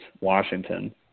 Washington